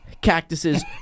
cactuses